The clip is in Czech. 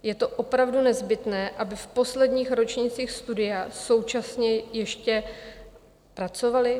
Je to opravdu nezbytné, aby v posledních ročnících studia současně ještě pracovali?